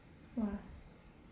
!wah!